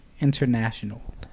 International